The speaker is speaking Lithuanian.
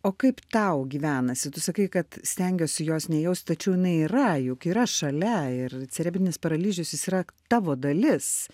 o kaip tau gyvenasi tu sakai kad stengiuosi jos nejaust tačiau jinai yra juk yra šalia ir cerebrinis paralyžius jis yra tavo dalis